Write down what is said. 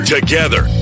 Together